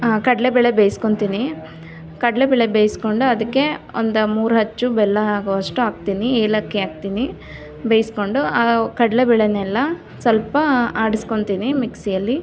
ಕಡಲೆ ಬೇಳೆ ಬೇಯ್ಸ್ಕೊಳ್ತೀನಿ ಕಡಲೆಬೇಳೆ ಬೇಯಿಸ್ಕೊಂಡು ಅದಕ್ಕೆ ಒಂದು ಮೂರು ಅಚ್ಚು ಬೆಲ್ಲ ಆಗುವಷ್ಟು ಹಾಕ್ತೀನಿ ಏಲಕ್ಕಿ ಹಾಕ್ತೀನಿ ಬೇಯಿಸ್ಕೊಂಡು ಆ ಕಡಲೆ ಬೇಳೆನೆಲ್ಲ ಸ್ವಲ್ಪ ಆಡಿಸ್ಕೊಳ್ತೀನಿ ಮಿಕ್ಸಿಯಲ್ಲಿ